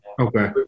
okay